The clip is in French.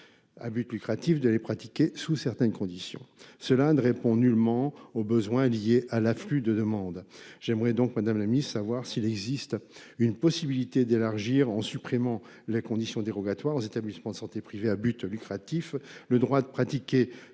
À but lucratif de les pratiquer, sous certaines conditions. Cela ne répond nullement aux besoins liés à l'afflux de demandes. J'aimerais donc Madame la Ministre savoir s'il existe une possibilité d'élargir en supprimant les conditions dérogatoires aux établissements de santé privés à but lucratif. Le droit de pratiquer